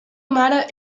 mare